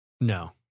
No